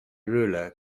ruler